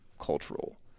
cultural